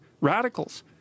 radicals